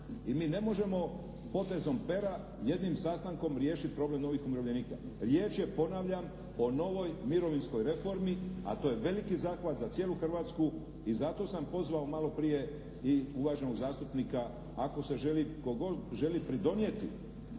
i mi ne možemo potezom pera, jednim sastankom riješiti problem novih umirovljenika. Riječ je, ponavljam o novoj mirovinskoj reformi, a to je veliki zahvat za cijelu Hrvatsku i zato sam pozvao malo prije i uvaženog zastupnika ako se želi, tko god želi